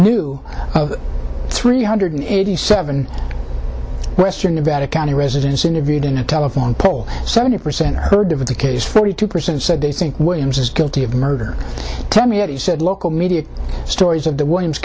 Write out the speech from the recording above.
new three hundred eighty seven western nevada county residents interviewed in a telephone poll seventy percent heard of the case forty two percent said they think williams is guilty of murder tell me he said local media stories of the williams